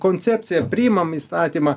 koncepciją priimam įstatymą